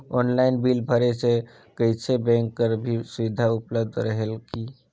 Online bill भरे से कइसे बैंक कर भी सुविधा उपलब्ध रेहेल की?